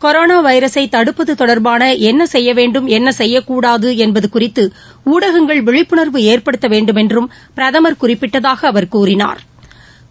corona வைரஸை தடுப்பது தொடர்பாள என்ன செய்ய வேண்டும் என்ன செய்யக்கூடாது என்பது குறித்து ஊடகங்கள் விழிப்புனா்வு ஏற்படுத்த வேண்டுமென்றும் பிரதமா் குறிப்பிட்டதாக அவா் கூறினாா்